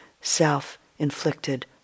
self-inflicted